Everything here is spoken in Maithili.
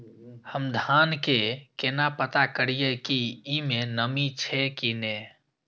हम धान के केना पता करिए की ई में नमी छे की ने?